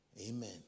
Amen